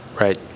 right